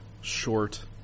short